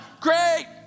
Great